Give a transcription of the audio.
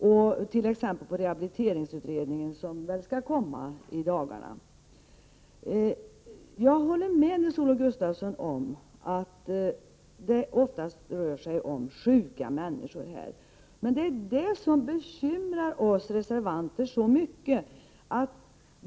Det gäller t.ex. rehabiliteringsutredningen, som väl skall komma i dagarna. Jag håller med Nils-Olof Gustafsson om att det oftast rör sig om sjuka människor. Men det är detta som bekymrar oss reservanter så mycket.